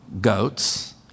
goats